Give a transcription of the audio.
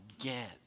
again